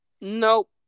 Nope